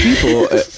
people